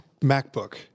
MacBook